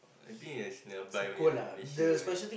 I think is nearby only Malaysia yea